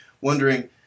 wondering